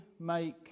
make